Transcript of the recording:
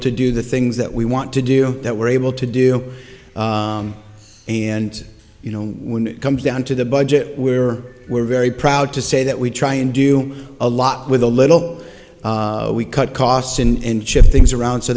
to do the things that we want to do that we're able to do and you know when it comes down to the budget where we're very proud to say that we try and do a lot with a little we cut costs in shift things around so